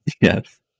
Yes